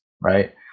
right